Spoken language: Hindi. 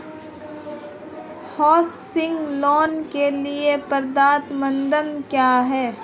हाउसिंग लोंन के लिए पात्रता मानदंड क्या हैं?